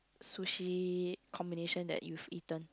sushi combination that you've eaten